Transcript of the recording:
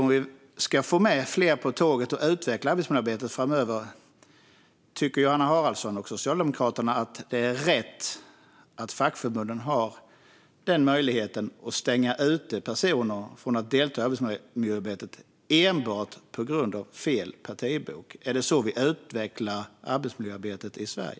Om vi nu vill få med fler på tåget och utveckla arbetsmiljöarbetet framöver, tycker Johanna Haraldsson och Socialdemokraterna att det är rätt att fackförbunden ska ha möjligheten att stänga ute personer från att delta i arbetsmiljöarbetet enbart på grund av att de har fel partibok? Är det så vi utvecklar arbetsmiljöarbetet i Sverige?